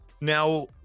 Now